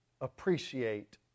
appreciate